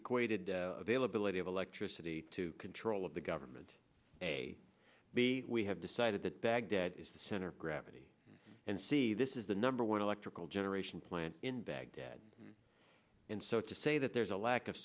equated availability of electricity to control of the government a b we have decided that baghdad is the center of gravity and see this is the number one electrical generation plant in baghdad and so it's just a that there's a lack of